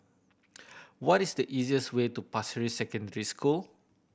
what is the easiest way to Pasir Ris Secondary School